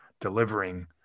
delivering